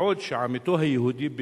בעוד עמיתו היהודי,